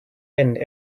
end